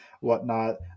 whatnot